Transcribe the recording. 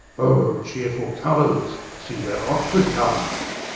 oh chearefull colours, see where oxford comes